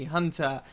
Hunter